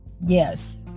Yes